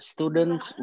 Students